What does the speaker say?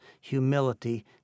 humility